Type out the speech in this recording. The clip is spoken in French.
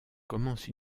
commence